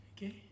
Okay